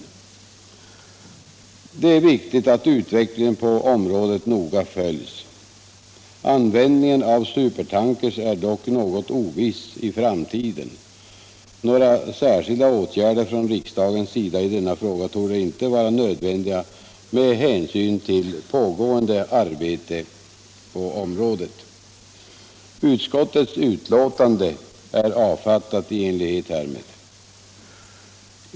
Det är viktigt att utvecklingen på området noga följs. Användningen av supertankers är dock något oviss i framtiden. Några särskilda åtgärder från riksdagens sida i denna fråga torde inte vara nödvändiga med hänsyn till pågående arbete på området. Utskottets utlåtande är avfattat i enlighet härmed.